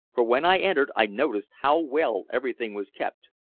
for when i entered i noticed how well everything was kept.